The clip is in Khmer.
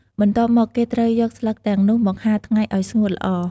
បន្ទាប់មក គេត្រូវយកស្លឹកទាំងនោះមក ហាលថ្ងៃ ឲ្យស្ងួតល្អ។